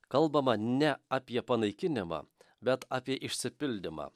kalbama ne apie panaikinimą bet apie išsipildymą